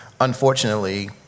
unfortunately